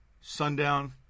Sundown